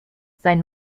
sein